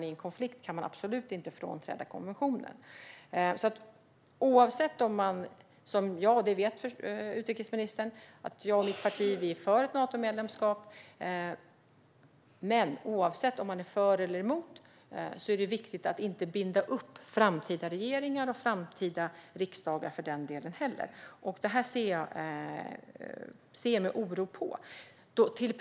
I en konflikt kan man absolut inte frånträda konventionen. Utrikesministern vet att jag och mitt parti är för ett Natomedlemskap. Men oavsett om man är för eller emot är det viktigt att inte binda framtida regeringar och framtida riksdagar. Jag ser med oro på detta.